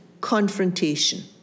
confrontation